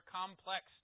complex